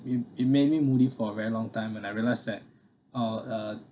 it it made me moody for a very long time and I realise that uh uh